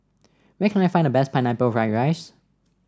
where can I find the best Pineapple Fried Rice